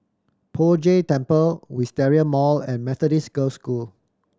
Poh Jay Temple Wisteria Mall and Methodist Girls' School